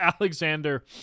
Alexander